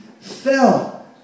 fell